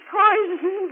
poison